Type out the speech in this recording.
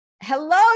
Hello